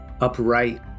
upright